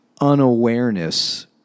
unawareness